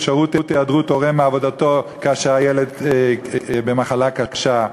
אפשרות היעדרות הורה מעבודתו כאשר הילד חולה במחלה קשה,